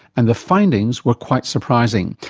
and the findings were quite surprising.